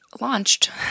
launched